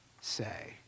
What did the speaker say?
say